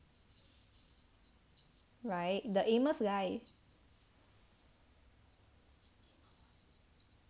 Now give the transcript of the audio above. right the amos guy